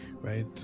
right